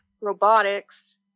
robotics